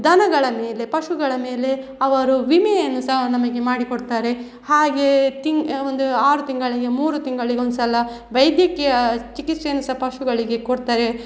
ದನಗಳ ಮೇಲೆ ಪಶುಗಳ ಮೇಲೆ ಅವರು ವಿಮೆಯನ್ನು ಸಹ ನಮಗೆ ಮಾಡಿಕೊಡ್ತಾರೆ ಹಾಗೇ ತಿಂಗ್ ಒಂದು ಆರು ತಿಂಗಳಿಗೆ ಮೂರು ತಿಂಗಳಿಗೊಂದ್ಸಲ ವೈದ್ಯಕೀಯ ಚಿಕಿತ್ಸೆಯನ್ನು ಸಹ ಪಶುಗಳಿಗೆ ಕೊಡ್ತಾರೆ